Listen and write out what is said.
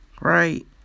Right